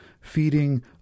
feeding